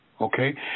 Okay